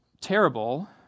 terrible